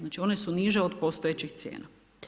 Znači, one su niže od postojećih cijena.